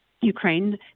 Ukraine